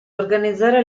organizzare